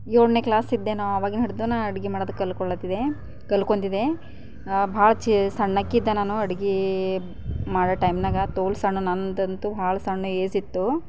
ಏಳನೇ ಕ್ಲಾಸಿದ್ದೆ ನಾ ಆವಾಗಿಂದ ಹಿಡ್ದು ನಾ ಅಡುಗೆ ಮಾಡೋದು ಕಲ್ತುಕೊಳ್ತಿದ್ದೆ ಕಲಿತ್ಕೋತಿದ್ದೆ ಭಾಳ ಚೆ ಸಣ್ಣಾಕಿ ಇದ್ದೆ ನಾನು ಅಡುಗೆ ಮಾಡೋ ಟೈಮ್ನಾಗ ತೋಲ್ ಸಣ್ಣ ನನದಂತೂ ಭಾಳ ಸಣ್ಣ ಏಜಿತ್ತು